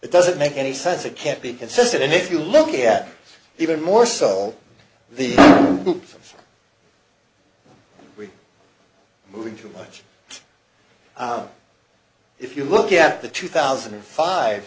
it doesn't make any sense it can't be consistent and if you look at even more so the we're moving to much if you look at the two thousand and five